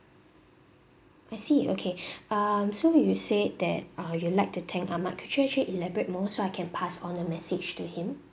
I see okay um so you said that uh you would like to thank ahmad could you actually elaborate more so I can pass on the message to him